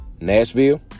Nashville